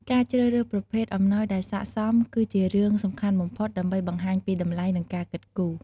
ការជ្រើសរើសប្រភេទអំណោយដែលស័ក្តិសម គឺជារឿងសំខាន់បំផុតដើម្បីបង្ហាញពីតម្លៃ និងការគិតគូរ។